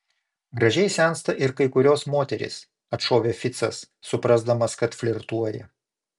gražiai sensta ir kai kurios moterys atšovė ficas suprasdamas kad flirtuoja